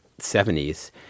70s